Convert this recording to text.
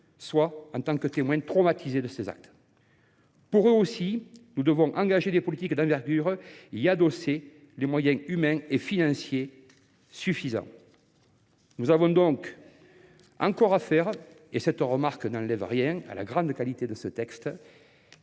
soit en tant que témoins traumatisés de tels actes. Pour eux aussi, nous devons engager des politiques d’envergure et y adosser des moyens humains et financiers suffisants. Nous avons donc encore à faire. Toutefois, cette remarque n’enlève rien à la grande qualité de ce texte,